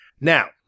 now